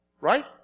Right